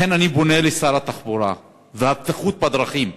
לכן אני פונה לשר התחבורה והבטיחות בדרכים,